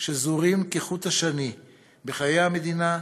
שזורים כחוט השני בחיי המדינה,